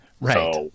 Right